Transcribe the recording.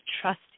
trust